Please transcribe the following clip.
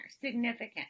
significant